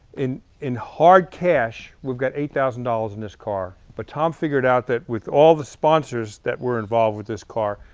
in in hard cash, we've got eight thousand dollars in this car. but tom figured out with all the sponsors that were involved with this car,